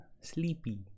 Sleepy